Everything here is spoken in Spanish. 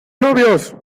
novios